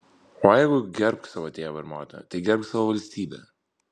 o jeigu gerbk savo tėvą ir motiną tai gerbk savo valstybę